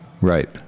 right